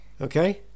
Okay